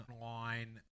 online